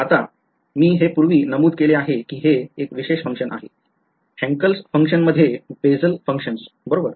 आता मी हे पूर्वी नमूद केले आहे की हे एक विशेष function आहे Hankel फंक्शनमध्ये बेसल फंक्शन्स बरोबर